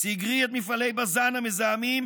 סגרי את מפעלי בז"ן המזהמים,